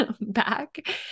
back